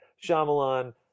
Shyamalan